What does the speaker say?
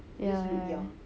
ya